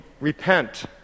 repent